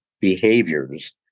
behaviors